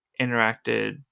interacted